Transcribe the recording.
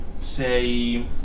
say